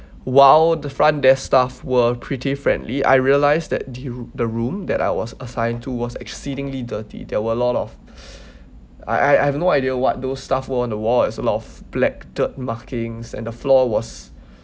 while the front desk staff were pretty friendly I realised that the the room that I was assigned to was exceedingly dirty there were a lot of I I have no idea what those stuff were on the wall as a lot of black dirt markings and the floor was